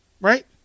right